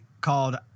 called